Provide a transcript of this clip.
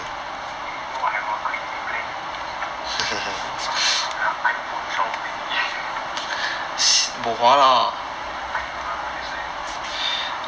eh you know I have a crazy plan 拿 iphone twelve mini I know lah that's why